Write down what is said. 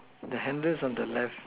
the handle's on the left